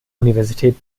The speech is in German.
universität